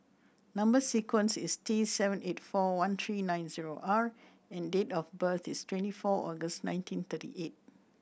number sequence is T seven eight four one three nine zero R and date of birth is twenty four August nineteen thirty eight